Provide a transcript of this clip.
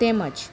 તેમજ